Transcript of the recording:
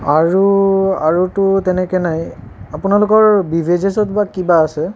আৰু আৰুতো তেনেকৈ নাই আপোনালোকৰ বিভাৰেজেছত বা কিবা আছে